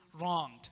wronged